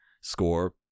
score